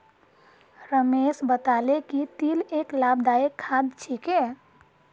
रमेश बताले कि तिल एक लाभदायक खाद्य छिके